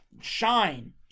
shine